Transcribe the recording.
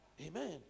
Amen